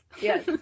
Yes